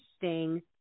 interesting